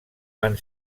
van